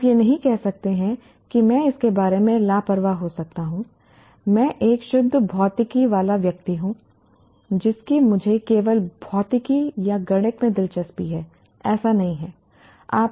आप यह नहीं कह सकते कि मैं इसके बारे में लापरवाह हो सकता हूं मैं एक शुद्ध भौतिकी वाला व्यक्ति हूं जिसकी मुझे केवल भौतिकी या गणित में दिलचस्पी है ऐसा नहीं है